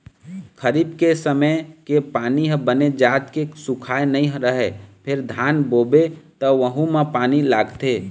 खरीफ के समे के पानी ह बने जात के सुखाए नइ रहय फेर धान बोबे त वहूँ म पानी लागथे